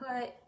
put